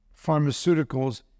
pharmaceuticals